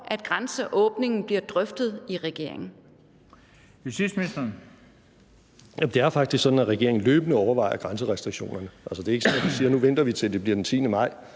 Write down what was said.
Justitsministeren (Nick Hækkerup): Det er faktisk sådan, at regeringen løbende overvejer grænserestriktionerne. Det er ikke sådan, at vi siger: Nu venter vi, til det bliver den 10. maj,